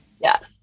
Yes